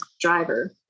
driver